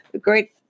Great